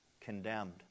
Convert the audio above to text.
condemned